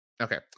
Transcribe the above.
Okay